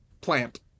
plant